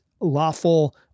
lawful